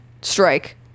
strike